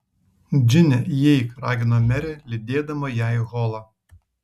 džine įeik ragino merė lydėdama ją į holą